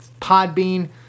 Podbean